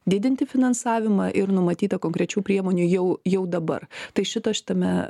didinti finansavimą ir numatyta konkrečių priemonių jau jau dabar tai šito šitame